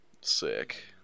Sick